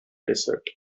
desert